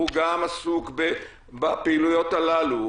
הוא גם עסוק בפעילויות הללו,